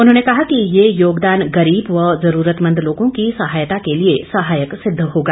उन्होंने कहा कि यह योगदान गरीब व जरूरतमंद लोगों की सहायता के लिए सहायक सिद्द होगा